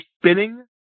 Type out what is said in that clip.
spinning